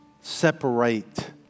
separate